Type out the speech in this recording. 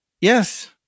Yes